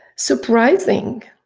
surprising.